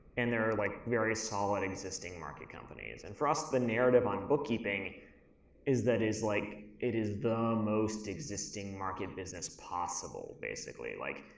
and there are like very solid, existing market companies. and for us, the narrative on bookkeeping is that it is like, it is the most existing market business possible basically. like,